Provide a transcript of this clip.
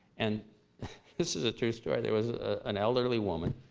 and this is a true story there was an elderly woman,